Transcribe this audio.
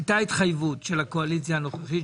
הייתה התחייבות של הקואליציה הנוכחית,